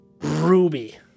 ruby